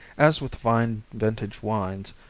as with fine vintage wines,